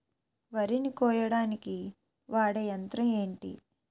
వరి ని కోయడానికి వాడే యంత్రం ఏంటి?